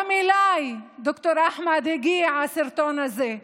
גם אליי, ד"ר אחמד, הגיע הסרטון הזה.